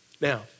Now